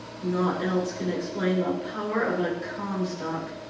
naught else can explain the power of a comstock.